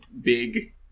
big